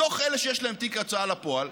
מתוך אלה שיש להם תיק בהוצאה לפועל